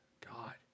God